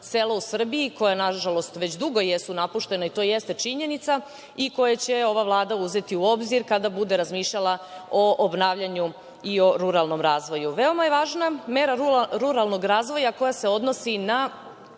sela u Srbiji koja, nažalost, već dugo jesu napuštena, i to jeste činjenica, i koje će ova Vlada uzeti u obzir kada bude razmišljala o obnavljanju i o ruralnom razvoju. Veoma je važna mera ruralnog razvoja koja se odnosi na